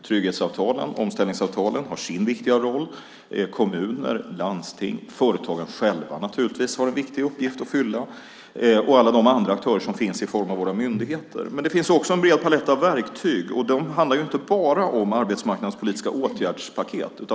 Trygghetsavtalen, omställningsavtalen, har sin viktiga roll. Kommuner, landsting och naturligtvis företagen själva har en viktig uppgift att fylla. Dessutom finns alla de andra aktörerna i form av våra myndigheter. Det finns också en bred palett av verktyg, och det handlar inte enbart om arbetsmarknadspolitiska åtgärdspaket.